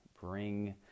bring